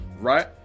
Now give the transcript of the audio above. right